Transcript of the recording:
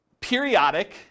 periodic